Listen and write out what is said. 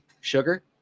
sugar